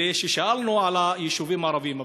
כששאלנו על היישובים הערביים.